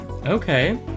Okay